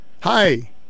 hi